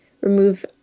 remove